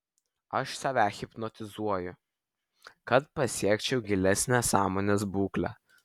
aš save hipnotizuoju kad pasiekčiau gilesnę sąmonės būklę